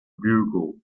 bugle